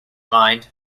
mind